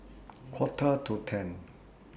Quarter to ten